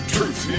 Truth